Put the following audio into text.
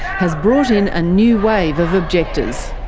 has brought in a new wave of objectors.